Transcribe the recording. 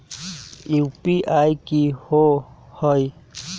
UPI कि होअ हई?